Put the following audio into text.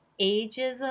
ageism